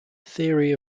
theory